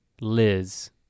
Liz